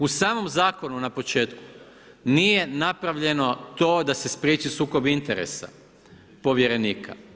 U samom zakonu na početku nije napravljeno to da se spriječi sukob interesa povjerenika.